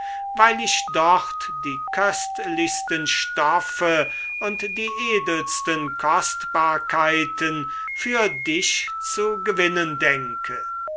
weil ich dort die köstlichsten stoffe und die edelsten kostbarkeiten für dich zu gewinnen denke